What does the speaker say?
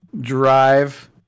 drive